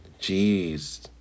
jeez